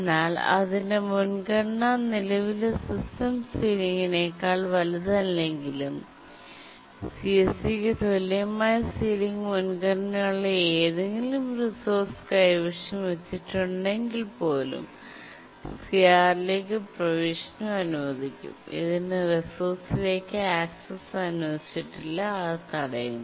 എന്നാൽ അതിന്റെ മുൻഗണന നിലവിലെ സിസ്റ്റം സീലിംഗിനേക്കാൾ വലുതല്ലെങ്കിലും CSCക്ക് തുല്യമായ സീലിംഗ് മുൻഗണനയുള്ള ഏതെങ്കിലും റിസോഴ്സ് കൈവശം വച്ചിട്ടുണ്ടെങ്കിൽ പോലും CRലേക്ക് പ്രവേശനം അനുവദിക്കും ഇതിന് റിസോഴ്സിലേക്ക് ആക്സസ് അനുവദിച്ചിട്ടില്ല അത് തടയുന്നു